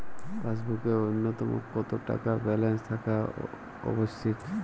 পাসবুকে ন্যুনতম কত টাকা ব্যালেন্স থাকা আবশ্যিক?